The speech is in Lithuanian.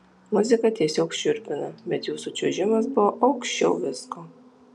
muzika tiesiog šiurpina bet jūsų čiuožimas buvo aukščiau visko